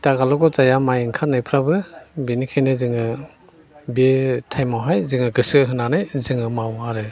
दागालग' जाया माइ ओंखारनायफ्राबो बेनिखायनो जोङो बे टाइमावहाय जोङो गोसो होनानै जोङो मावो आरो